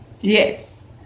Yes